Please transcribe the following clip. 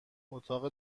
اتاق